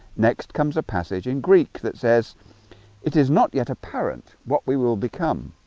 next comes a passage in greek that says it is not yet apparent. what we will become